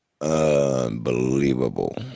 unbelievable